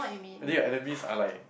and then your enemies are like